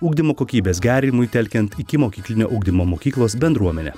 ugdymo kokybės gerinimui telkiant ikimokyklinio ugdymo mokyklos bendruomenę